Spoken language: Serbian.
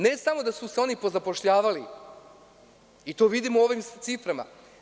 Ne samo da su se oni pozapošljavali, i to vidimo u ovim ciframa.